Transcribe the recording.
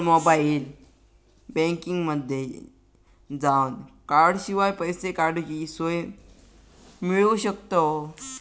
आपण मोबाईल बँकिंगमध्ये जावन कॉर्डशिवाय पैसे काडूची सोय मिळवू शकतव